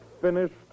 finished